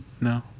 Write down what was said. No